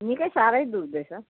निकै साह्रै दुख्दैछ